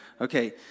Okay